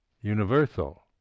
universal